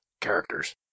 characters